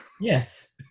Yes